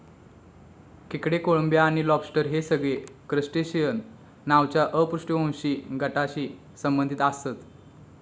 खेकडे, कोळंबी आणि लॉबस्टर हे सगळे क्रस्टेशिअन नावाच्या अपृष्ठवंशी गटाशी संबंधित आसत